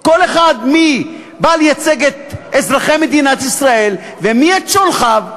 כל אחד בא לייצג את אזרחי מדינת ישראל ואת שולחיו.